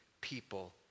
people